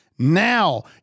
Now